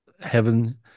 heaven